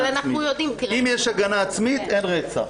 אם יש הגנה עצמית, אין רצח.